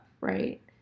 right